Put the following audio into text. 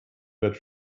that